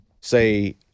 say